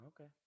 Okay